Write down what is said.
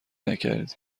نکردی